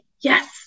yes